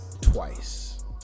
twice